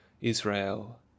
Israel